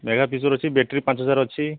Megha feature ଅଛି battery ପାଞ୍ଚହଜାର ଅଛି